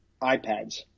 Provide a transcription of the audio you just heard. iPads